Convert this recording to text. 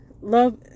love